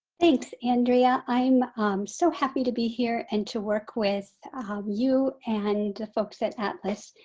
thanks andrea, i'm so happy to be here and to work with you and the folks at atlas.